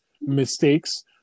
mistakes –